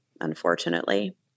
unfortunately